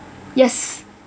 yes